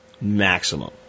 maximum